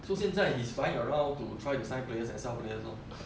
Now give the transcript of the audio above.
so 现在 he's flying around to try to sign players and sell players lor